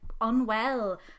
unwell